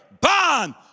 bond